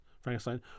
Frankenstein